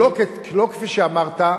שלא כפי שאמרת,